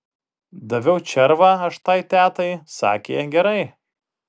daviau červą aš tai tetai sakė gerai